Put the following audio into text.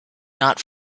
not